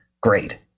Great